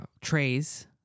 trays